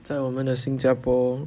在我们的新加坡